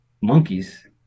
monkeys